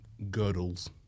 girdles